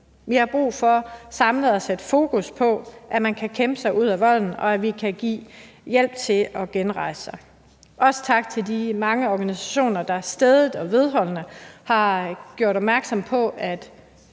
Vi har brug for samlet at sætte fokus på, at man kan kæmpe sig ud af volden, og at vi kan give hjælp til, at man kan genrejse sig. Også tak til de mange organisationer, der stædigt og vedholdende har gjort opmærksom på, at